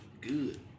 Good